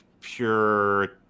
pure